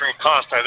cost